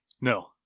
No